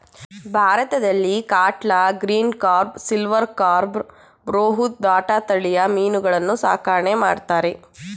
ಭಾರತದಲ್ಲಿ catla, green carp, silver carp, rohu, bata ತಳಿಯ ಮೀನುಗಳನ್ನು ಸಾಕಣೆ ಮಾಡ್ತರೆ